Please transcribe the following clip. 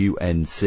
UNC